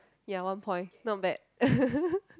ya one point not bad